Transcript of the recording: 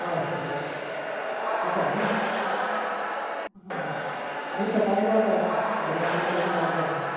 हय संडे जाता न्ही हय आमी सकाळी पावतात साडे आठ णव परेन पावतात थंय